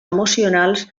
emocionals